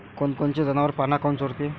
कोनकोनचे जनावरं पाना काऊन चोरते?